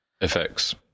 Effects